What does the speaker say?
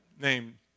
named